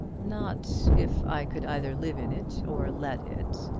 not if i could either live in it, or let it.